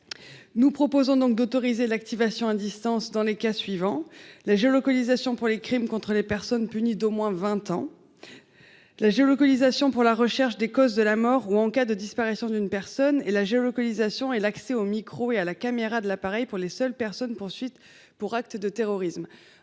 Nous proposons donc d'autoriser l'activation à distance dans les cas suivants : la géolocalisation pour les crimes contre les personnes punis d'au moins vingt ans ; la géolocalisation pour la recherche des causes de la mort ou en cas de disparition d'une personne ; la géolocalisation et l'accès au micro et à la caméra de l'appareil pour les seules personnes poursuivies pour acte de terrorisme.